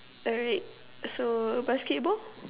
alright so basketball